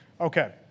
Okay